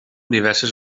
diverses